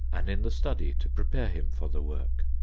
and in the study to prepare him for the work.